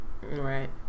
right